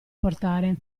portare